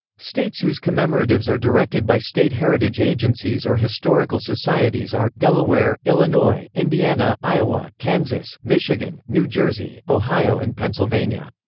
states whose commemoratives are directed by state heritage agencies or historical societies are delaware, illinois, indiana, iowa, kansas, michigan, new jersey, ohio and pennsylvania.